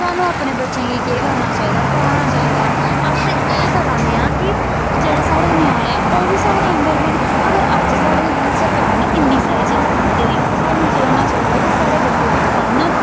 सानूं अपने बच्चें गी केह् करना चाहिदा पढ़ाना चाहिदा अस ते एह् करा ने आं कि जेह्ड़े साढ़े ञ्यानें ओह् बी साढ़े आंह्गर बनै अगर अज्ज साढ़े सरकार ने इन्नी सारी चीज़ां दित्ती दियां ते सानूं केह् होना चाहिदा कि साढ़े बच्चे बी पढ़न